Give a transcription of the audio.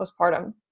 postpartum